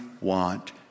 want